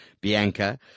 Bianca